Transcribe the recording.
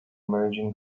managing